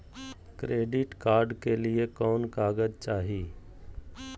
Credit card के लिए कौन कागज चाही?